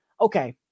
okay